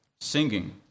singing